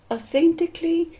Authentically